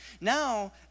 Now